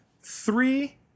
three